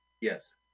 Yes